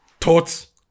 thoughts